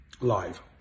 live